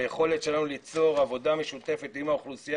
היכולת שלנו ליצור עבודה משותפת עם האוכלוסייה